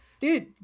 Dude